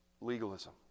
legalism